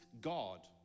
God